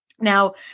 Now